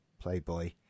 playboy